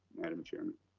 madam chairman.